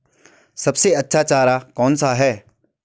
सबसे अच्छा चारा कौन सा है?